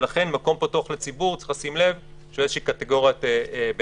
ולכן "מקום פתוח לציבור" צריך לשים לב שהוא קטגוריית ביניים,